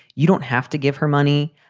you don't have to give her money,